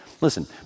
Listen